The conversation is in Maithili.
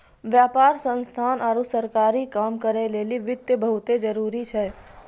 व्यापार संस्थान आरु सरकारी काम करै लेली वित्त बहुत जरुरी छै